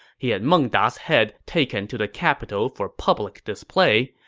he had meng da's head taken to the capital for public display,